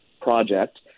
project